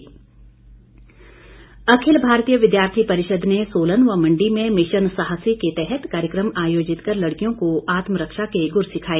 mission साहसी अखिल भारतीय विद्यार्थी परिषद ने सोलन व मंडी में मिशन साहसी के तहत कार्यक्रम आयोजित कर लड़कियों को आत्मरक्षा के गुर सिखाए